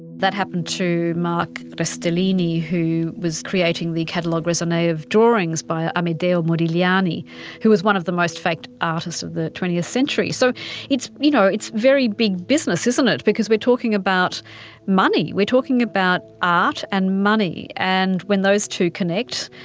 that happened to marc restellini who was creating the catalogue raisonne of drawings by amedeo modigliani who was one of the most faked artists of the twentieth century. so it's you know it's very big business isn't it, because we're talking about money, we're talking about art and money. and when those two connect,